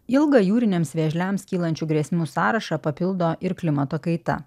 ilgą jūriniams vėžliams kylančių grėsmių sąrašą papildo ir klimato kaita